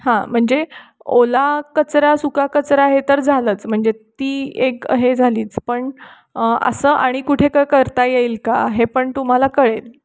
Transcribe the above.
हां म्हणजे ओला कचरा सुका कचरा आहे तर झालंच म्हणजे ती एक हे झालीच पण असं आणि कुठे काय करता येईल का हे पण तुम्हाला कळेल